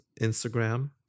Instagram